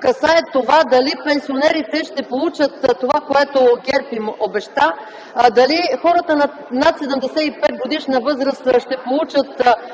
касае това дали пенсионерите ще получат това, което ГЕРБ им обеща, дали хората над 75-годишна възраст ще получат